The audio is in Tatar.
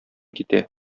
китә